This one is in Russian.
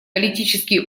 политические